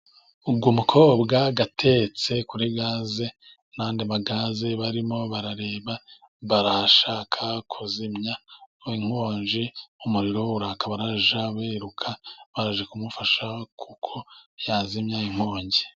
Ubwo umukobwa atetse kuri gaze n'andi magazi. Barimo barareba, barashaka kuzimya inkongi. Umuriro urakabaje bariruka baje kumufasha kuko yazimya inkongi.